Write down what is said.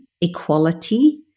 equality